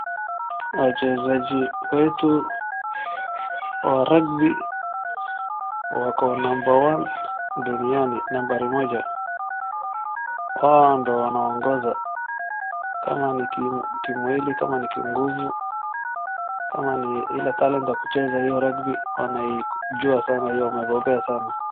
Wachezaji wetu wa rugby wako number one duniani nambari moja. Wao ndo wanaongoza. Kama ni timu hili kama ni kinguvu, kama ni ile talent ya kucheza hio rugby wanaijua sana. Wamegombea sana.